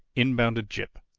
in bounded jip.